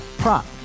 prop